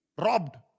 robbed